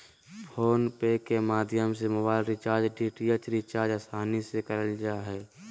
phone पे के माध्यम से मोबाइल रिचार्ज, डी.टी.एच रिचार्ज आसानी से करल जा हय